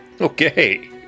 Okay